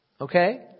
Okay